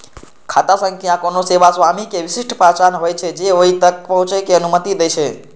खाता संख्या कोनो सेवा स्वामी के विशिष्ट पहचान होइ छै, जे ओइ तक पहुंचै के अनुमति दै छै